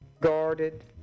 guarded